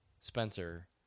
Spencer